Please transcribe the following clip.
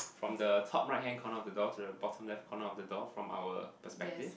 from the top right hand corner of the door to the bottom left corner of the door from our perspective